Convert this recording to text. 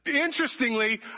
Interestingly